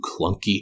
clunky